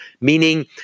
meaning